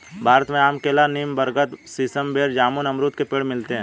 भारत में आम केला नीम बरगद सीसम बेर जामुन अमरुद के पेड़ मिलते है